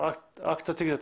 דנה יארק.